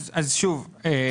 אם כן,